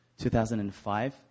2005